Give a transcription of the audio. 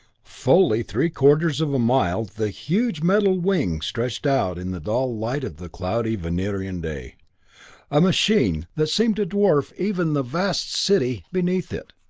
fully three-quarters of a mile the huge metal wings stretched out in the dull light of the cloudy venerian day a machine that seemed to dwarf even the vast city beneath it.